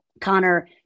Connor